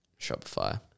Shopify